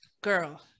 girl